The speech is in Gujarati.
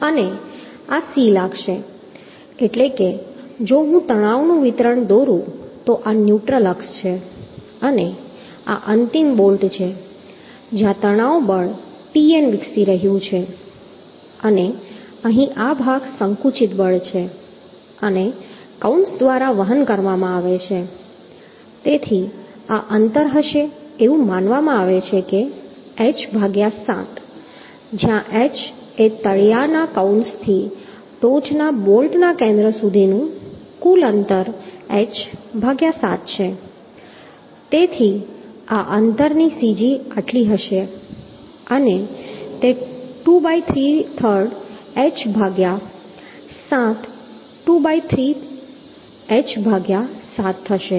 અને આ C લાગશે એટલે કે જો હું તણાવનું વિતરણ દોરું તો આ ન્યુટ્રલ અક્ષ છે અને આ અંતિમ બોલ્ટ છે જ્યાં તણાવ બળ Tn વિકસી રહ્યું છે અને અહીં આ ભાગ સંકુચિત બળ છે અને કૌંસ દ્વારા વહન કરવામાં આવે છે તેથી આ અંતર હશે એવું માનવામાં આવે છે કે h ભાગ્યા 7 જ્યારે h એ તળિયાના કૌંસથી ટોચના બોલ્ટના કેન્દ્ર સુધીનું કુલ અંતર h ભાગ્યા 7 છે તેથી આ અંતરની cg આટલી હશે અને તે 23rd h ભાગ્યા 7 23rd h ભાગ્યા 7 થશે